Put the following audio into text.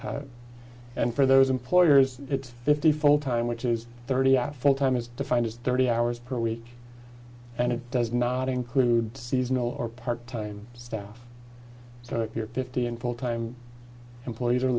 and for those employers it's fifty full time which is thirty at full time is defined as thirty hours per week and it does not include seasonal or part time staff so if you're fifty and full time employees or